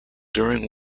during